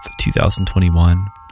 2021